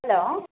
hello